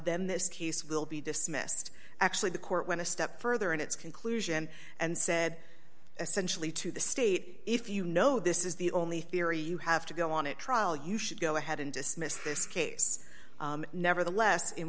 then this case will be dismissed actually the court went a step further in its conclusion and said essentially to the state if you know this is the only theory you have to go on a trial you should go ahead and dismiss this case nevertheless in